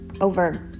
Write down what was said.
over